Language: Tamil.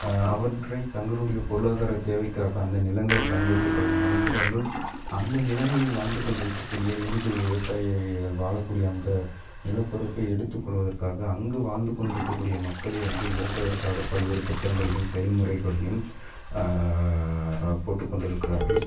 அவற்றை தங்களுடைய பொருளாதார தேவைக்காக அந்த நிலங்களை பயன்படுத்திக் கொள் நினைக்கிறார்கள் அந்த நிலங்களில் வாழ்ந்து கொண்டிருக்கக்கூடிய மீன் பிடி விவசாயிகள் வாழக்கூடிய அந்த நிலப்பரப்பை எடுத்து கொள்வதற்காக அங்கு வாழ்ந்து கொண்டிருக்கக் கூடிய மக்களை வந்து விரட்டுவதற்காக பல்வேறு திட்டங்களையும் செயல்முறைகளையும் போட்டுக் கொண்டிருக்கிறார்கள்